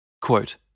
Quote